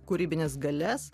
kūrybines galias